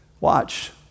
Watch